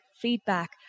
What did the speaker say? feedback